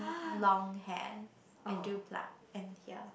long hair I do pluck and peer